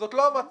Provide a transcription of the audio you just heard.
זאת לא המטרה.